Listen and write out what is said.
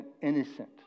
innocent